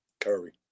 Curry